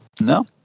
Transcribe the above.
No